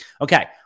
Okay